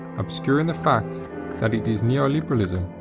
obscuring the fact that it is neoliberalism,